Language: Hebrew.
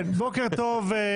בוקר טוב,